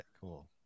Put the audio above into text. Cool